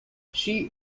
she